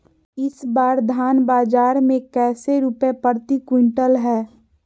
इस बार धान बाजार मे कैसे रुपए प्रति क्विंटल है?